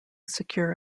secure